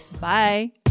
Bye